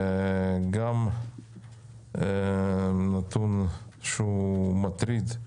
זה גם נתון שהוא מטריד.